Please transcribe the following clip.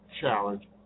challenge